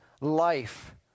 life